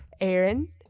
Aaron